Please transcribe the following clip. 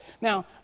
Now